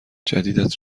جدیدت